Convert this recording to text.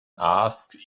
asked